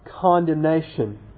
condemnation